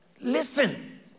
Listen